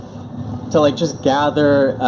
to like just gather